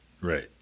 Right